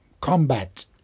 combat